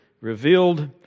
revealed